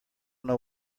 know